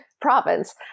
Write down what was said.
province